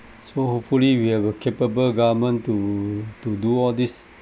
so hopefully we have a capable government to to do all this